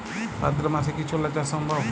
ভাদ্র মাসে কি ছোলা চাষ সম্ভব?